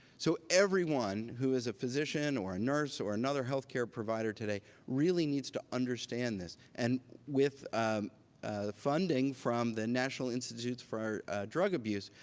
so everyone who is a physician, or a nurse, or another health care provider today, really needs to understand this. and with funding from the national institutes for drug abuse,